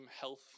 health